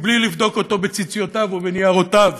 בלי לבדוק אותו בציציותיו או בניירותיו.